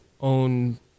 own